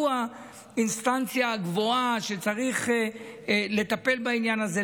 הוא האינסטנציה הגבוהה שצריך לטפל בעניין הזה,